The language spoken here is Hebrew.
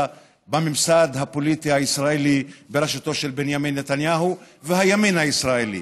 בממסד הפוליטי הישראלי בראשותו של בנימין נתניהו והימין הישראלי.